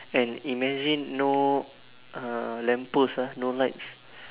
and imagine no uh lamp post ah no lights